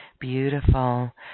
Beautiful